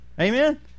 amen